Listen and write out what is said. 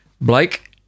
Blake